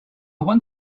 want